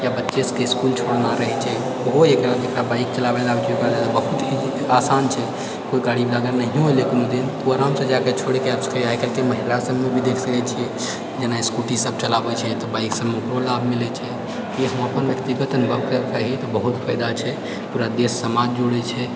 या बच्चे सबकऽ इसकुल छोड़ना रहै छै ओहो बहुत ही आसान छै तऽ आरामसँ जाकऽ छोड़ि सकै यऽ आइकाल्हि महिला सब भी देख सकै छियै जेना स्कूटी सब चलाबै छै तऽ बाइकसँ ओकरो लाभ मिलै छै ई हम अपन व्यक्तिगत अनुभव कही तऽ बहुत फायदा छै पूरा देश समाज जोड़ै छै